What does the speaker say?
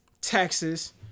Texas